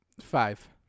Five